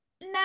no